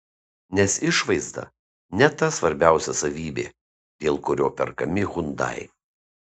nes išvaizda ne ta svarbiausia savybė dėl kurio perkami hyundai